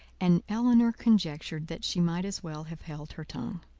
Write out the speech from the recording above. and elinor conjectured that she might as well have held her tongue.